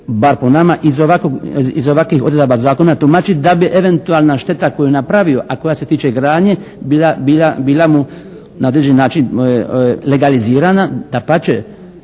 bar po nama iz ovakvih odredaba zakona tumačiti da bi eventualna šteta koju je napravio a koja se tiče gradnje bila mu na određeni način legalizirana. Dapače,